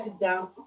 down